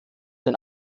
den